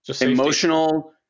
Emotional